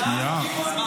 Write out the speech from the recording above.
שנייה.